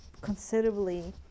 considerably